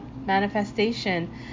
Manifestation